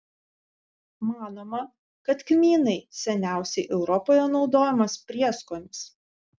manoma kad kmynai seniausiai europoje naudojamas prieskonis